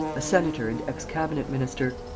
a senator and ex-cabinet-minister.